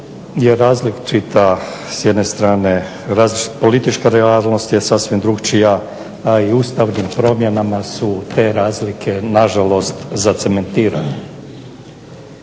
je različita s jedne strane politička realnost je sasvim drugčija, a i ustavnim promjenama su te razlike nažalost zacementirana.